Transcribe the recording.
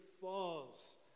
falls